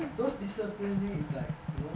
those disciplinary is they you know